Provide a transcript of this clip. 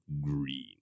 green